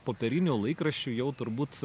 popierinių laikraščių jau turbūt